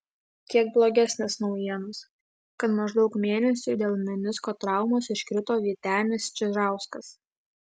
kiek blogesnės naujienos kad maždaug mėnesiui dėl menisko traumos iškrito vytenis čižauskas